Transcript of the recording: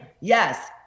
Yes